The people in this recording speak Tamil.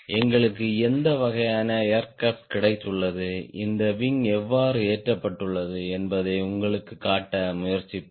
எங்களுக்கு எந்த வகையான ஏர்கிராப்ட் கிடைத்துள்ளது இந்த விங் எவ்வாறு ஏற்றப்பட்டுள்ளது என்பதை உங்களுக்குக் காட்ட முயற்சிப்பேன்